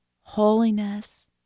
holiness